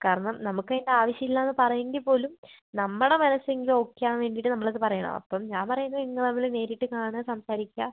കാരണം നമുക്ക് അതിൻ്റെ ആവശ്യം ഇല്ലാന്ന് പറയുമെങ്കിൽ പോലും നമ്മുടെ മനസ്സെങ്കിലും ഓക്കെ ആവാൻ വേണ്ടീട്ട് നമ്മൾ അത് പറയാ അപ്പം ഞാൻ പറയുന്നത് നിങ്ങൾ തമ്മിൽ നേരിട്ട് കാണുക സംസാരിക്കുക